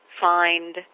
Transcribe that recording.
find